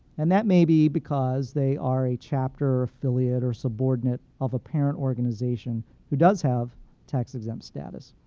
and that may be because they are a chapter, affiliate, or subordinate of a parent organization who does have tax exempt status.